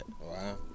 Wow